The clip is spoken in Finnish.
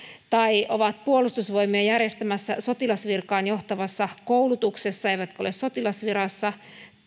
tai ovat puolustusvoimien järjestämässä sotilasvirkaan johtavassa koulutuksessa eivätkä ole sotilasvirassa